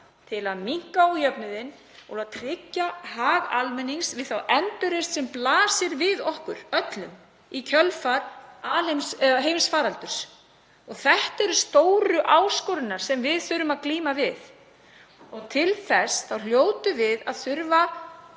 að minnka ójöfnuð og tryggja hag almennings við þá endurreisn sem blasir við okkur öllum í kjölfar heimsfaraldurs. Þetta eru stóru áskoranirnar sem við þurfum að glíma við og til þess hljótum við að vilja